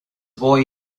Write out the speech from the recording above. boy